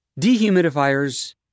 Dehumidifiers